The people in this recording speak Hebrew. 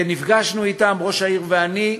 ונפגשנו אתם, ראש העיר ואני,